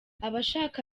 abashaka